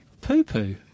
poo-poo